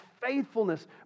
faithfulness